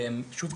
ושוב,